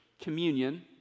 communion